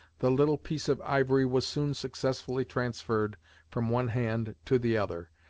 the little piece of ivory was soon successfully transferred from one hand to the other,